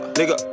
Nigga